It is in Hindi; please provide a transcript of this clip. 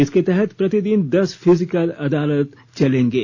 इसके तहत प्रतिदिन दस फिजिकल अदालत चलेंगे